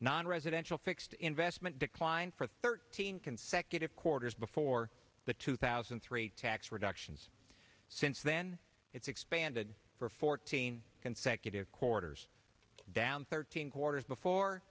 nonresidential fixed investment declined for thirteen consecutive quarters before the two thousand and three tax reductions since then it's expanded for fourteen consecutive quarters down thirteen quarters